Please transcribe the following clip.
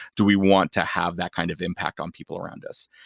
do we want to have that kind of impact on people around us?